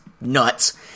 nuts